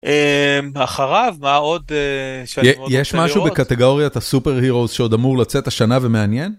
אחריו מה עוד יש משהו בקטגוריית הסופר הירוס שעוד אמור לצאת השנה ומעניין.